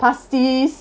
pasties